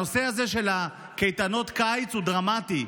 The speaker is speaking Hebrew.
נושא קייטנות הקיץ הוא דרמטי.